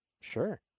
sure